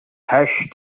hash